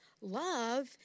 Love